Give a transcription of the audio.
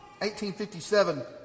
1857